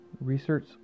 research